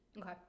Okay